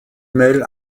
mail